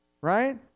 right